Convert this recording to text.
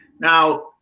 Now